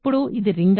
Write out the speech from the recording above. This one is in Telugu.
ఇప్పుడు ఇది రింగా